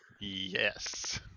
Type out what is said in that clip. Yes